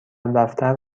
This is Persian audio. دفتر